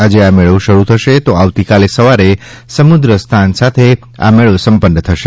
આજે આ મેળો શરુ થશે તો આવતીકાલે સવારે સમુદ્ર સ્થાન સાથે આ મેળો સંપન્ન થશે